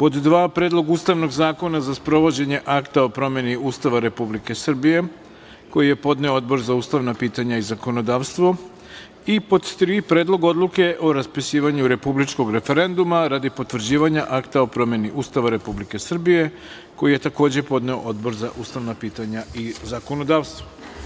2. Predlog ustavnog zakona za sprovođenje akta o promeni Ustava Republike Srbije, koji je podneo Odbor za ustavna pitanja i zakonodavstvo i 3. Predlog odluke o raspisivanju republičkog referenduma radi potvrđivanja Akta o promeni Ustava Republike Srbije, koji je takođe podneo Odbor za ustavna pitanja i zakonodavstvo.